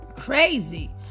crazy